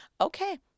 okay